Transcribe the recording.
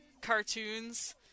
cartoons